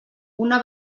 una